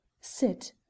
sit